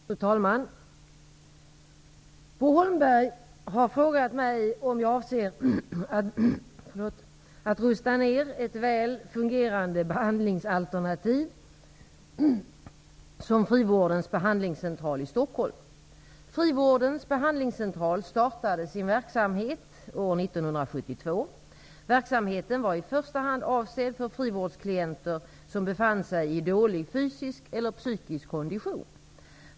Fru talman! Bo Holmberg har frågat mig om jag avser att rusta ned ett väl fungerande behandlingsalternativ som Frivårdens behandlingscentral i Stockholm. Frivårdens behandlingscentral startade sin verksamhet år 1972. Verksamheten var i första hand avsedd för frivårdsklienter som befann sig i dålig fysisk eller psykisk kondition.